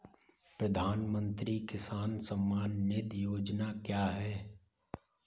प्रधानमंत्री किसान सम्मान निधि योजना क्या है?